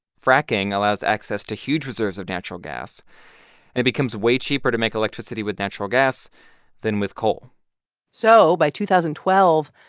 fracking allows access to huge reserves of natural gas, and it becomes way cheaper to make electricity with natural gas than with coal so by two thousand and twelve,